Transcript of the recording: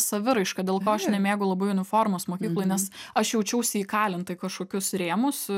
saviraiška dėl ko nemėgau labai uniformos mokykloj nes aš jaučiausi įkalinta į kažkokius rėmus